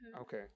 Okay